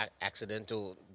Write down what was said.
accidental